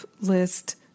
list